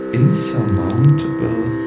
insurmountable